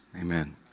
amen